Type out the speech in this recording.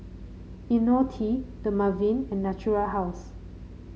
IoniL T Dermaveen and Natura House